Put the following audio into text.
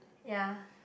ya